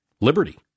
liberty